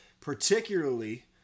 particularly